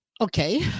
Okay